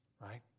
right